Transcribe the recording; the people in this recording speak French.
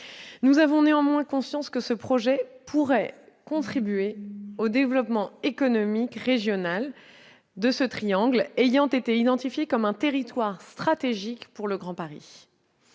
Nous avons néanmoins conscience que ce projet pourrait contribuer au développement économique régional, le triangle de Gonesse ayant été identifié comme un territoire stratégique pour le Grand Paris.